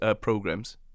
programs